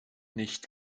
nicht